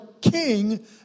king